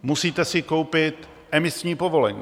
Musíte si koupit emisní povolenku.